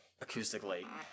acoustically